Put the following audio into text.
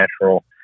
natural